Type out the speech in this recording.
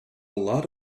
lot